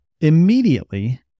immediately